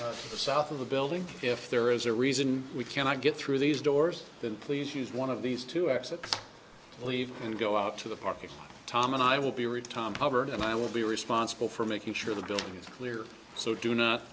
lot south of the building if there is a reason we cannot get through these doors then please use one of these to exit leave and go out to the park tom and i will be read time poverty and i will be responsible for making sure the buildings clear so do not